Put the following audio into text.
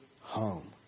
home